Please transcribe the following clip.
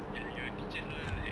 ya ya your teachers all like